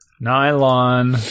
nylon